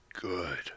good